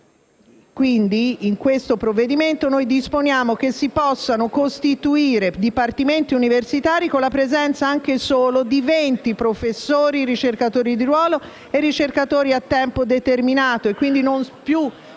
al nostro esame disponiamo che si possano costituire dipartimenti universitari con la presenza anche di soli 20 professori, ricercatori di ruolo e ricercatori a tempo determinato (quindi, non più di